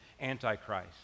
antichrist